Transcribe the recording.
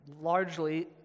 largely